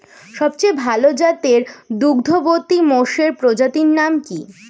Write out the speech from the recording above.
সবচেয়ে ভাল জাতের দুগ্ধবতী মোষের প্রজাতির নাম কি?